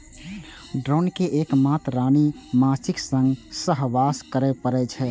drone कें एक मात्र रानी माछीक संग सहवास करै पड़ै छै